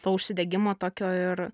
to užsidegimo tokio ir